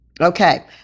Okay